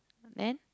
man